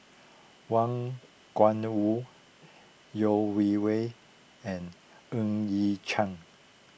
Wang Gungwu Yeo Wei Wei and Ng Yat Chuan